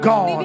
God